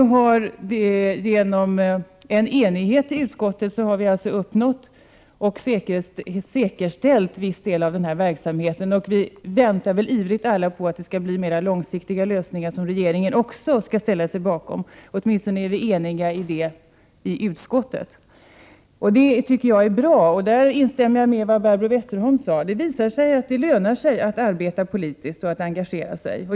Till följd av enighet i utskottet har vi säkerställt en viss del av verksamheten, och alla väntar ivrigt på att det skall bli mera långsiktiga lösningar, som även regeringen kan ställa sig bakom. Åtminstone är vi i utskottet eniga. Jag tycker att detta är bra, och jag instämmer i vad Barbro Westerholm sade. Det visar sig alltså att det lönar sig att arbeta politiskt och engagera sig.